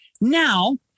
Now